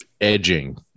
edging